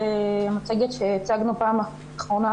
המצגת שהצגנו בפעם האחרונה,